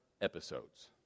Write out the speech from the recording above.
episodes